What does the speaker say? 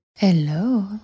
Hello